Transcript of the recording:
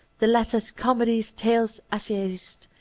the letters, comedies, tales, essayists,